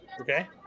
Okay